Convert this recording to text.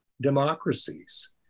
democracies